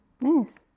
Nice